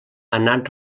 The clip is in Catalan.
anat